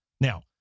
Now